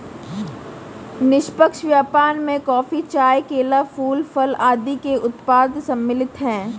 निष्पक्ष व्यापार में कॉफी, चाय, केला, फूल, फल आदि के उत्पाद सम्मिलित हैं